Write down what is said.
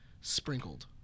sprinkled